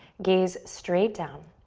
gaze straight down.